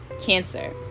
cancer